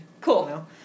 Cool